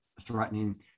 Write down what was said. threatening